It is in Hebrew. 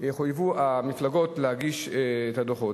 יחויבו המפלגות להגיש את הדוחות.